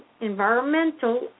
environmental